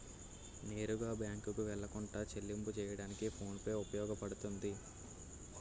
నేరుగా బ్యాంకుకు వెళ్లకుండా చెల్లింపు చెయ్యడానికి ఫోన్ పే ఉపయోగపడుతుంది